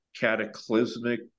cataclysmic